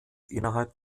innerhalb